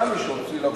היה מי שהוציא לרחובות.